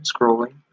Scrolling